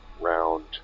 round